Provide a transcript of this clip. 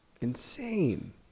Insane